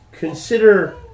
Consider